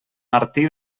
martí